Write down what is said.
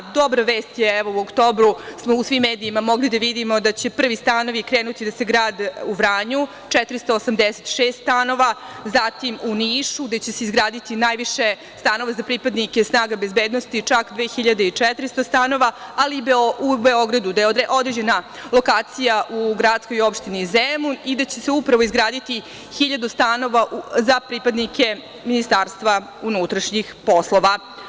Dobra vest je, evo u oktobru smo u svim medijima mogli da vidimo da će prvi stanovi krenuti da se grade u Vranju, 486 stanova, zatim u Nišu, gde će se izgraditi najviše stanova za pripadnike snaga bezbednosti, čak 2.400 stanova, ali i u Beogradu gde je određena lokacija u gradskoj opštini Zemun i da će se upravo izgraditi 1.000 stanova za pripadnike MUP.